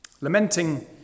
Lamenting